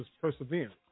perseverance